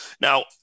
now